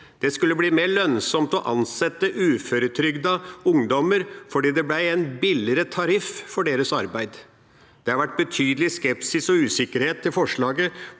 Det skulle bli mer lønnsomt å ansette uføretrygdete ungdommer fordi det ble en billigere tariff for deres arbeid. Det har vært betydelig skepsis og usikkerhet til forslaget